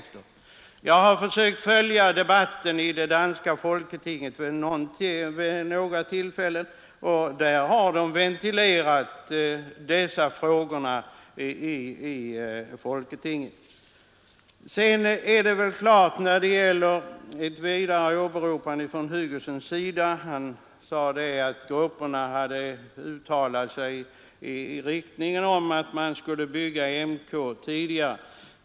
Jag har vid några tillfällen försökt följa debatten i det danska folketinget, och där har man ventilerat dessa frågor. Herr Hugosson sade att Öresundsgrupperna hade uttalat sig för att man skulle bygga förbindelsen MK tidigare.